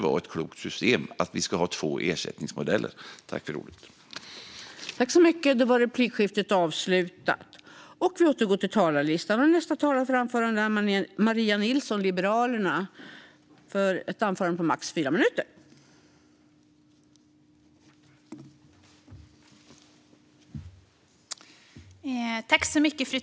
Att ha två ersättningsmodeller kan inte vara ett klokt system.